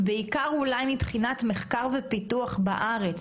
ובעיקר מבחינת מחקר ופיתוח בארץ,